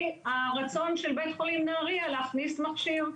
הרצון של בית חולים נהריה להכניס מכשיר,